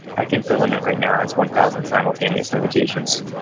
i think the limit right now is one thousand simultaneous indications.